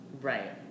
Right